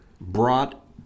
brought